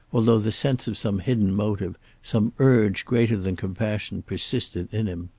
although the sense of some hidden motive, some urge greater than compassion, persisted in him.